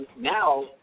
now